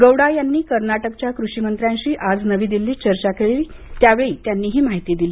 गौडा यांनी कर्नाटकच्या कृषिमंत्र्यांशी आज नवी दिल्लीत चर्चा केली त्यावेळी ही माहिती दिली